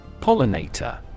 Pollinator